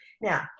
Now